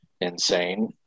insane